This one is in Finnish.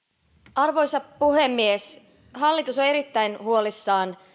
arvoisa puhemies hallitus on erittäin huolissaan